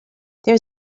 there